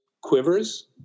Quivers